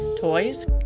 toys